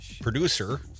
producer